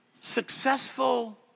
successful